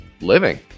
living